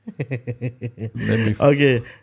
Okay